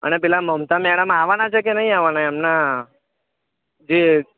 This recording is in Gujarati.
અને પેલા મમતા મેડમ આવવાનાં છે કે નહીં આવવાનાં એમનાં જે